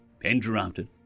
interrupted